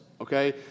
okay